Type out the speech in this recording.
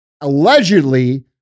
allegedly